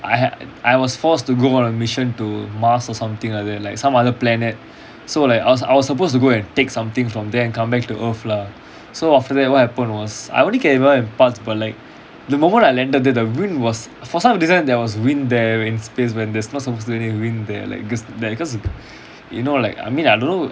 I had I was forced to go on a mission to mars or something like that like some other planet so like I was I was supposed to go and take something from there and come back to earth lah so after that what happened was I only can remember in parts but like the moment I landed the room was for some reason there was wind there in space when there's not supposed to be any wind there like cause like cause you know like I mean I don't know